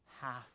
half